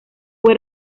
fue